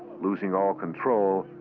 losing all control,